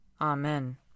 Amen